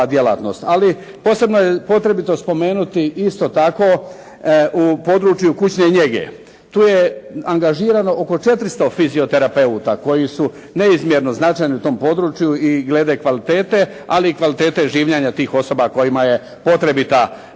Ali, posebno je potrebito spomenuti isto tako u području kućne njege. Tu je angažirano oko 400 fizioterapeuta koji su neizmjerno značajni u tom području i glede kvalitete, ali i kvalitete življenja tih osoba kojima je potrebita takva fizioterapeutska